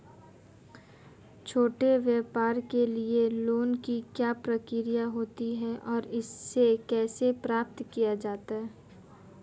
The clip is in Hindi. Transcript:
छोटे व्यापार के लिए लोंन की क्या प्रक्रिया होती है और इसे कैसे प्राप्त किया जाता है?